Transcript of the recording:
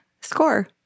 score